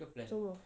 做么